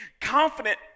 confident